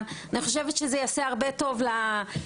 אני חושבת שזה יעשה הרבה טוב למציאות.